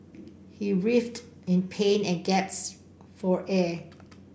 he writhed in pain and for air